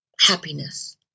Happiness